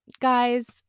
guys